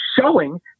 showing